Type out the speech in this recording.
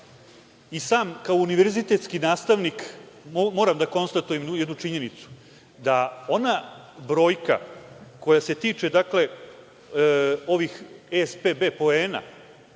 i sam kao univerzitetski nastavnik moram da konstatujem jednu činjenicu, da ona brojka koja se tiče ovih spb poena,